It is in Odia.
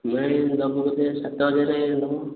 ନାଇଁ ଦେବୁ କେତେ ସାତ ହଜାର ଦେବୁ